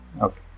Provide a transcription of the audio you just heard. okay